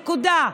נקודה.